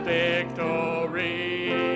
victory